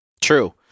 True